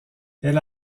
elle